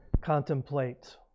contemplate